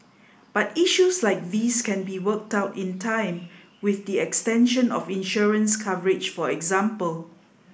but issues like these can be worked out in time with the extension of insurance coverage for example